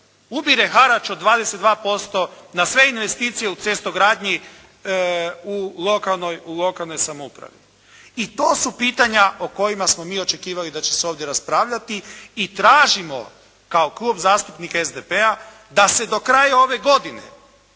ubire harač od 22% na sve investicije u cestogradnji u lokalnoj samoupravi. I to su pitanja o kojima smo mi očekivali da će se ovdje raspravljati i tražimo kao Klub zastupnika SDP-a da se do kraja ove godine